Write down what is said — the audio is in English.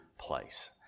place